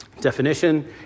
definition